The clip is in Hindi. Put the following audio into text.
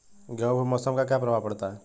गेहूँ पे मौसम का क्या प्रभाव पड़ता है?